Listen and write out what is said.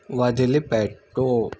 వదిలిపెట్టు